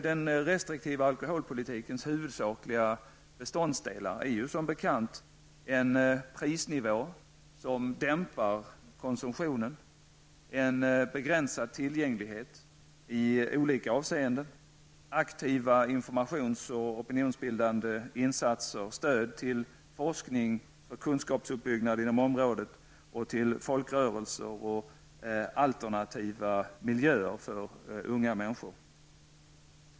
Den restriktiva alkoholpolitikens huvudsakliga beståndsdelar är som bekant en prisnivå som dämpar konsumtionen, en begränsad tillgänglighet i olika avseenden, aktiva informations och opinionsbildande insatser och stöd till forskning för kunskapsuppbyggnad inom området och till folkrörelser och alternativa miljöer för unga människor.